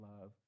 love